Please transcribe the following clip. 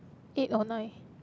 eight or nine